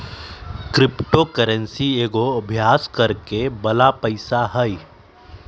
crypto currency एगो अभास करेके बला पइसा हइ